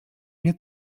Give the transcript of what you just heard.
nie